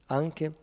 anche